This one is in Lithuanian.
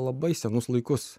labai senus laikus